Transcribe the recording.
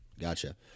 gotcha